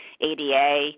ADA